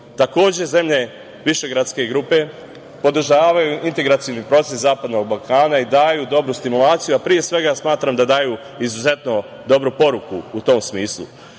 Takođe, zemlje Višegradske grupe podržavaju integracioni proces zapadnog Balkana i daju dobru stimulaciju, a pre svega smatram da daju izuzetno dobru poruku u tom smislu. Upravo